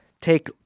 Take